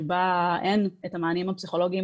שבה אין את המענים הפסיכולוגיים.